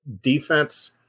defense